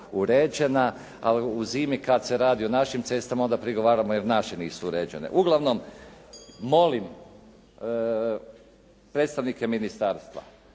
uređena, ali u zimi kad se radi o našim cestama onda prigovaramo jer naše nisu uređene. Uglavnom molim predstavnike ministarstva